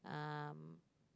um